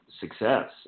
success